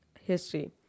history